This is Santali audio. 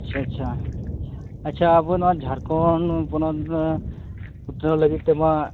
ᱟᱪᱪᱷᱟ ᱟᱪᱪᱷᱟ ᱟᱪᱪᱷᱟ ᱟᱵᱚ ᱱᱚᱣᱟ ᱡᱷᱟᱲᱠᱷᱚᱸᱰ ᱯᱚᱱᱚᱛ ᱨᱮ ᱩᱛᱱᱟᱹᱣ ᱞᱟᱹᱜᱤᱫᱛᱮᱢᱟ